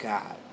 God